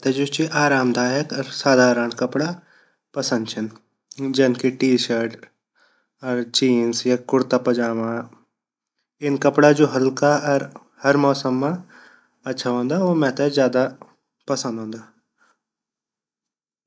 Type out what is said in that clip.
मेट जु ची आराम दायक अर साधारंड कपडा पसंद छिन जन की टी-शर्ट जीन्स अर कुरता-पजामा इन कपडा जु हल्का अर हर मौसम मा अच्छा वोन्दा उ मेते ज़्यादा पसंद औंदा।